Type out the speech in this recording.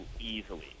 easily